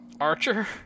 Archer